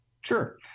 Sure